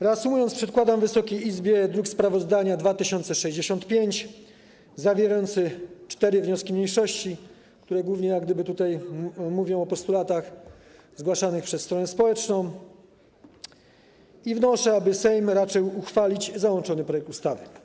Reasumując, przedkładam Wysokiej Izbie sprawozdanie, druk nr 2065, zawierający cztery wnioski mniejszości, które głównie mówią o postulatach zgłaszanych przez stronę społeczną, i wnoszę, aby Sejm raczył uchwalić załączony projekt ustawy.